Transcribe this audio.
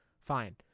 fine